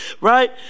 Right